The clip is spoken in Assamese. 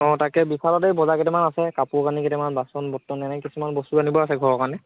অঁ তাকে দোকানত এই বজাৰ কেইটামান আছে কাপোৰ কানি কেইটামান বাচন বৰ্তন এনেকৈ কিছুমান বস্তু আনিব আছে ঘৰৰ কাৰণে